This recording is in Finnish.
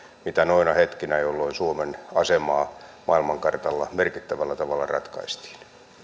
noina hetkinä jolloin suomen asemaa maailmankartalla merkittävällä tavalla ratkaistiin